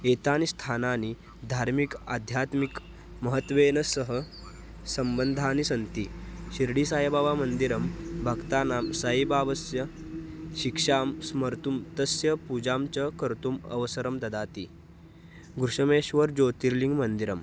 एतानि स्थानानि धार्मिकम् आध्यात्मिकं महत्वेन सह सम्बन्धानि सन्ति शिर्डिसायिबाबामन्दिरं भक्तानां सायिबाबास्य शिक्षां स्मर्तुं तस्य पूजां च कर्तुम् अवसरं ददाति गृषमेश्वर्ज्योतिर्लिङ्गमन्दिरम्